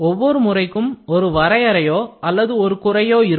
ஒவ்வொரு முறைக்கும் ஒரு வரையறையோ அல்லது ஒரு குறையோ இருக்கும்